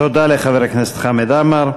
תודה לחבר הכנסת חמד עמאר.